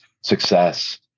success